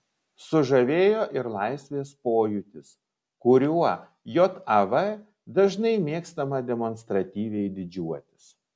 sužavėjo ir laisvės pojūtis kuriuo jav dažnai mėgstama demonstratyviai didžiuotis